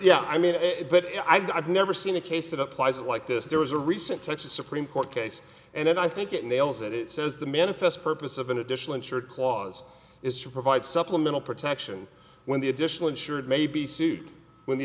yeah i mean i've never seen a case that applies like this there was a recent texas supreme court case and i think it nails it it says the manifest purpose of an additional insured clause is to provide supplemental protection when the additional insured may be sued when the